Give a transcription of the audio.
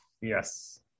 Yes